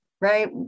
right